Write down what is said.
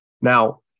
Now